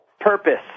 purpose